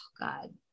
God